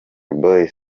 boyz